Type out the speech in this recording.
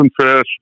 fish